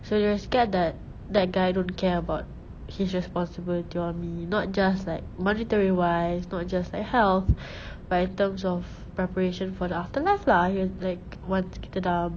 so they are scared that that guy don't care about his responsibility on me not just like monetary wise not just like health but in terms of preparation for the after life lah like once kita dah